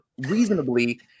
reasonably